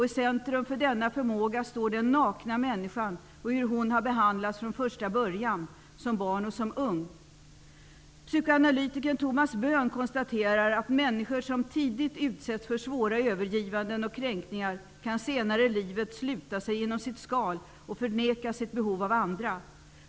I centrum för denna förmåga står den nakna människan och hur hon har behandlats från första början, som barn och som ung. Psykoanalytikern Thomas Böhm konstaterar att människor som tidigt utsätts för svåra övergivanden och kränkningar kan senare i livet sluta sig inom skal och förneka sitt behov av andra.